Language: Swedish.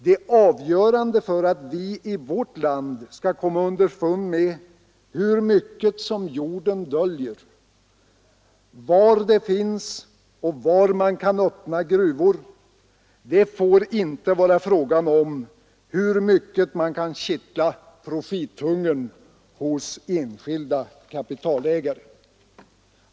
Det avgörande för att vi i vårt land skall komma underfund med hur mycket jorden döljer, var det finns fyndigheter och var man kan öppna gruvor, får inte vara hur mycket man kan kittla profithungern hos enskilda kapitalägare.